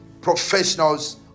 professionals